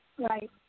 Right